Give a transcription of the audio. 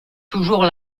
toujours